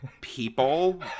people